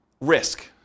risk